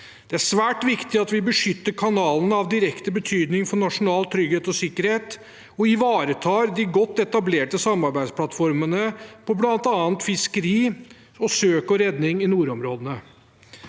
Det er svært viktig at vi beskytter kanalene som er av direkte betydning for nasjonal trygghet og sikkerhet og ivaretar de godt etablerte samarbeidsplattformene på bl.a. fiskeri og søk og redning i nordområdene.